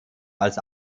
als